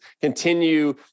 continue